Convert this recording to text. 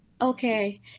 Okay